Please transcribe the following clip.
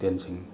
ꯍꯣꯇꯦꯜꯁꯤꯡ